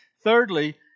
Thirdly